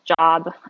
job